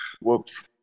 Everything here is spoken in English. Whoops